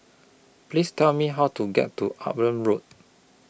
Please Tell Me How to get to Upavon Road